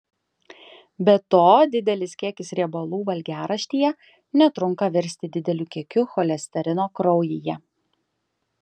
be to didelis kiekis riebalų valgiaraštyje netrunka virsti dideliu kiekiu cholesterino kraujyje